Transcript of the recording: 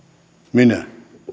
minä